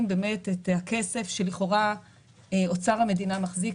באמת את הכסף שלכאורה אוצר המדינה מחזיק,